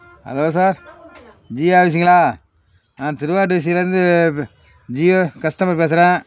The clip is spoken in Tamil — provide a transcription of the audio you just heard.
ஹலோ சார் ஜியோ ஆஃபிஸ்ஸுங்களா நான் திருவாரூர் டிஸ்ட்ரிக்லேருந்து ஜியோ கஸ்ட்டமர் பேசுகிறேன்